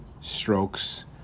strokes